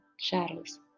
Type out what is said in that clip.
shadows